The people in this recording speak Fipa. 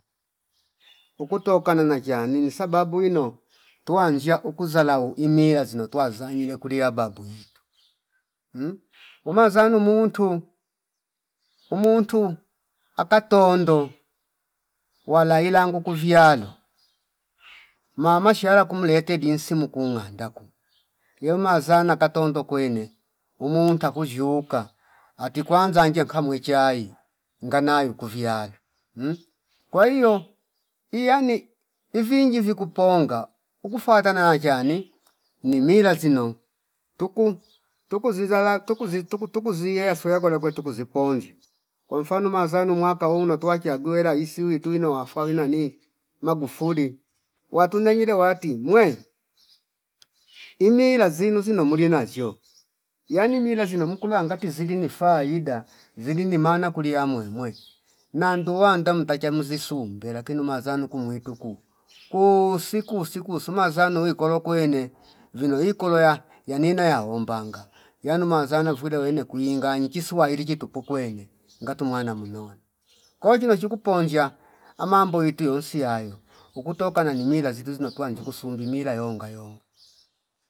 Ukutokana na zshani ni sababu ino tuwanzshia uku zalau imiya zino tuwazangile kuliya babu itu mhh umazanu muntu umuntu akatondo wala ilangu kuvyalo mama shara kumlete dinsi muku ngandaku yelu mazana katondo kwene umunta kuzyuka ati kwanza ange nkamwe chai ngana yuku vyalo mhh kwa hio iyani ivingi vikuponga uku fwatana na chane ni mila zino tuku- tukuzilala tukuzi tuku- tukuzi yeya sweya kola kwe tukuzi ponji kwa mfanu mazanu umwaka unotwa chaguwe rahisi uwi twino wafwa wina ni Magufuli watuna ile wati mwe imi lazinu zino mulie nazsho yani mila zino mukalangati zili ni faida zili ni maana kuli ya mwewe na nduwanda mtakia muzi sumbela kinu mazana kumwituku ku- kuu siku usiku suma zanu wi kolo kwene vino i kola ya yanina yaombanga yanu mazana vwirwe wene kwi nganya chiswahili chitu pukwene ngatu mwana munone kwa hio chino chikuponjia amambo witi yonsi yayo ukutokana ni mila zitu zinotwanji kusumbi mila yonga yonga